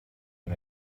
and